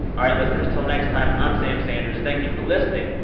all right, listeners, till next time. i'm sam sanders. thank you for listening.